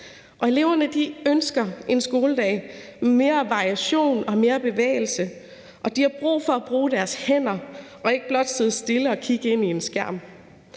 skoledag med mere variation og mere bevægelse, og de har brug for at bruge deres hænder og ikke blot side stille og kigge ind i en skærm.